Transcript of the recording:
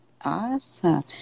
Awesome